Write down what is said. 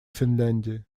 финляндии